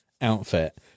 outfit